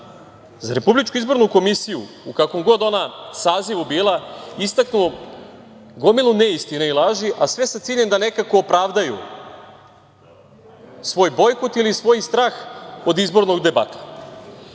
svaku priliku da za RIK, u kakvom god ona sazivu bila, istaknu gomilu neistina i laži, a sve sa ciljem da nekako opravdaju svoj bojkot ili svoj strah od izbornog debakla.